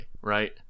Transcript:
right